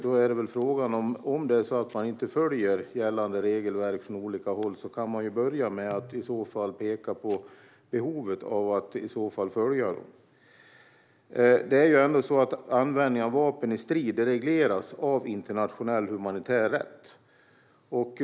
Om gällande regelverk inte följs från olika håll kan man ju börja med att peka på behovet av att följa det. Det är ändå så att användning av vapen i strid regleras av internationell humanitär rätt.